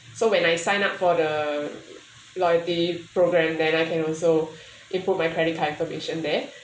so when I sign up for the loyalty program then I can also input my credit card information there